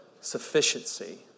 sufficiency